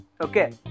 Okay